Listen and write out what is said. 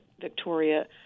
Victoria